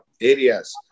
areas